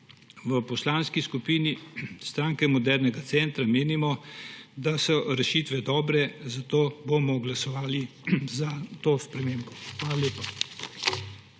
V Poslanski skupini Stranke modernega centra menimo, da so rešitve dobre, zato bomo glasovali za to spremembo. Hvala lepa.